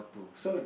so